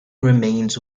remains